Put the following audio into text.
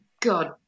god